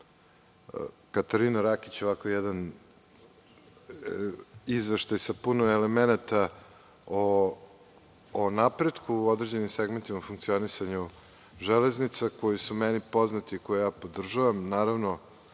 najteže. Katarina Rakić je imala jedan izveštaj sa puno elemenata o napretku u određenim segmentima funkcionisanja „Železnica“, koji su meni poznati i koje ja podržavam.